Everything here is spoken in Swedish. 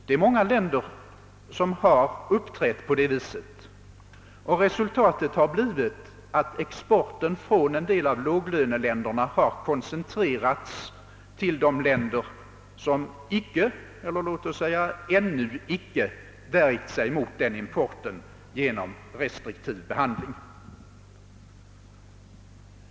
Det är många länder som handlat på det sättet, och resultatet har blivit att exporten från en del av låglöneländerna koncentrerats till de länder som icke — låt oss säga ännu icke — värjt sig mot denna import genom restriktiv behandling.